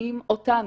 שומעים אותנו.